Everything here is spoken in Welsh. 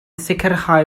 sicrhau